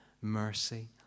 mercy